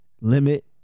limit